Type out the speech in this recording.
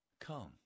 come